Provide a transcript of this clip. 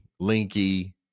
linky